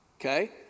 Okay